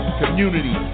community